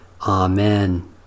Amen